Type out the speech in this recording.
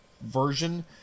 version